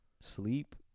sleep